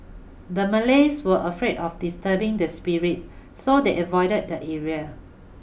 the Malays were afraid of disturbing the spirits so they avoided the area